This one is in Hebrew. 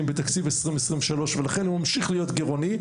בתקציב 2023 ולכן הוא ממשיך להיות גרעוני,